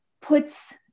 puts